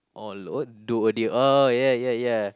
or load doe a deer ah ya ya ya